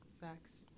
facts